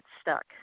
stuck